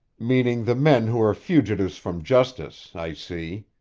meaning the men who are fugitives from justice, i see,